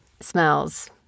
smells